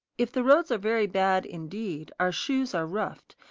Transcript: if the roads are very bad, indeed, our shoes are roughed,